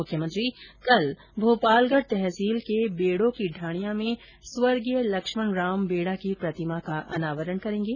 मुख्यमंत्री कल भोपालगढ़ तहसील के बेड़ो की ढाणियां में स्वर्गीय लक्ष्मणराम बेड़ा की प्रतिमा का अनावरण करेंगे